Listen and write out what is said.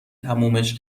تمومش